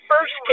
first